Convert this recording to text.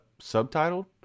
subtitled